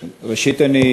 כן.